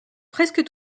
presque